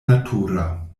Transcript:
natura